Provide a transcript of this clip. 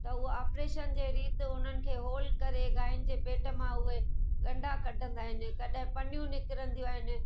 त हूअ ऑपरेशन जे रीति हुननि खे होल करे गांयुनि जे पेट मां उहे ॻंडा कढंदा आहिनि कॾें पन्नियूं निकरंदियूं आहिनि